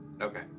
okay